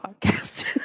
podcast